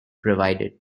provided